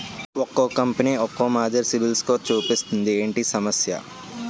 ఒక్కో కంపెనీ ఒక్కో మాదిరి సిబిల్ స్కోర్ చూపిస్తుంది ఏంటి ఈ సమస్య?